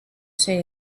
say